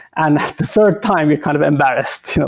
and the third time, it kind of embarrassed,